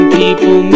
people